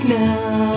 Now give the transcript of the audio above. now